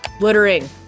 littering